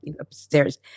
upstairs